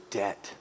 debt